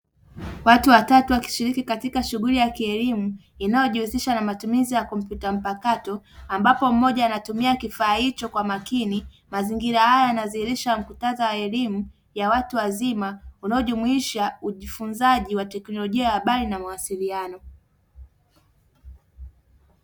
Watu watatu wakishiriki katika shughuli ya kielimu inayojihusisha na matumizi ya kompyuta mpakato, ambapo mmoja anatumia kifaa hicho kwa makini. Mazingira haya yanadhihirisha muktadha wa elimu ya watu wazima, unaojumuisha ujifunzaji wa teknolojia ya habari na mawasiliano.